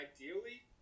ideally